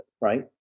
right